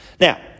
Now